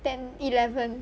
ten eleven